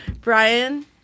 Brian